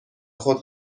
خود